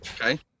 Okay